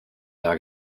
lage